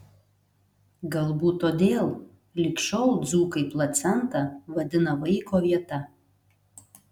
galbūt todėl lig šiol dzūkai placentą vadina vaiko vieta